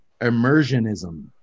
immersionism